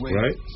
right